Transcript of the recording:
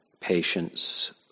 patience